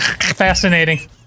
Fascinating